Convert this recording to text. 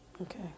Okay